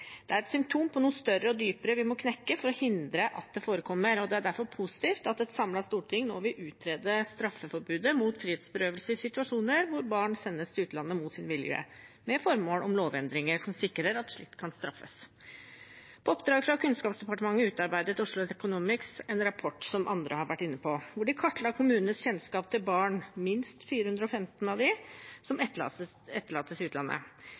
Det er et symptom på noe større og dypere vi må knekke for å hindre at det forekommer, og det er derfor positivt at et samlet storting nå vil utrede straffeforbudet mot frihetsberøvelse i situasjoner hvor barn sendes til utlandet mot sin vilje, med formål om lovendringer som sikrer at slikt kan straffes. På oppdrag fra Kunnskapsdepartementet utarbeidet Oslo Economics en rapport, som andre har vært inne på, hvor de kartla kommunenes kjennskap til barn – det er minst 415 av dem – som har blitt etterlatt i utlandet.